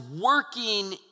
working